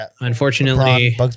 unfortunately